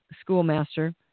schoolmaster